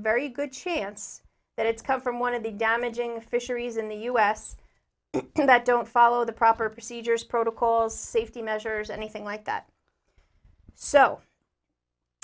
very good chance that it's come from one of the damaging fisheries in the u s that don't follow the proper procedures protocols safety measures anything like that so